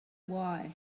why